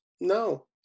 no